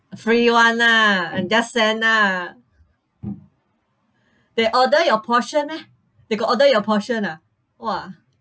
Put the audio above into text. free one lah and just send lah they order your portion meh they got order your portion ah !wah!